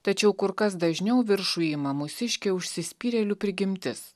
tačiau kur kas dažniau viršų ima mūsiškė užsispyrėlių prigimtis